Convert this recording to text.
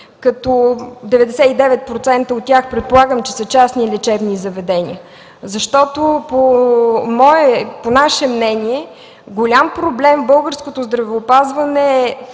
като 99% от тях предполагам, че са частни лечебни заведения, защото по наше мнение голям проблем в българското здравеопазване е